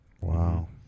Wow